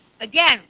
again